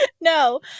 no